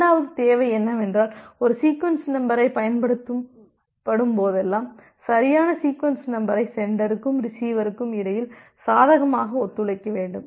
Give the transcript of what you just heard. இரண்டாவது தேவை என்னவென்றால் ஒரு சீக்வென்ஸ் நம்பரை பயன்படுத்தப்படும் போதெல்லாம் சரியான சீக்வென்ஸ் நம்பரை சென்டருக்கும் ரிசீவருக்கும் இடையில் சாதகமாக ஒத்துழைக்க வேண்டும்